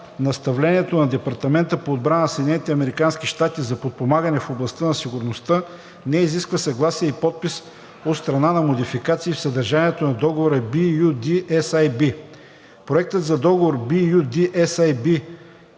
Наставлението на Департамента по отбрана на САЩ за подпомагане в областта на сигурността не изисква съгласие и подпис от страна на модификации в съдържанието на договор BU-D-SAB. Проектът на договор BU-D-SAB